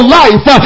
life